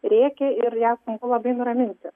rėkia ir ją labai nuraminti